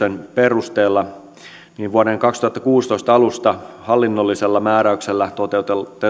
perusteella vuoden kaksituhattakuusitoista alusta hallinnollisella määräyksellä toteutetulla